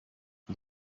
for